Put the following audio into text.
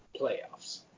playoffs